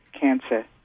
cancer